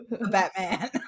Batman